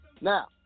Now